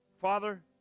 Father